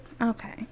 okay